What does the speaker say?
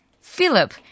Philip